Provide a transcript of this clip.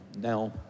Now